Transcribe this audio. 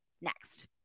next